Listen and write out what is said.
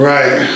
Right